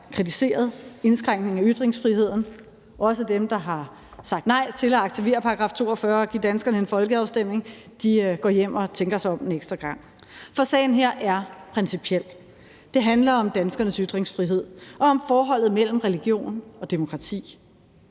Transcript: kritiseret indskrænkningen af ytringsfriheden, også dem, der har sagt nej til at aktivere § 42 og give danskerne en folkeafstemning, går hjem og tænker sig om en ekstra gang. For sagen her er principiel. Det handler om danskernes ytringsfrihed og forholdet mellem religion og demokrati.